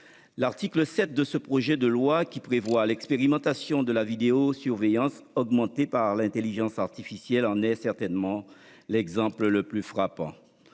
L'article 7 de ce projet de loi, qui prévoit l'expérimentation de la vidéosurveillance augmentée par l'intelligence artificielle, en est certainement l'exemple le plus frappant.